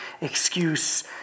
excuse